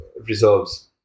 reserves